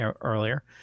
earlier